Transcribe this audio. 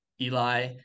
Eli